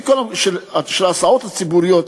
ההסעות הציבורית,